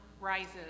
rises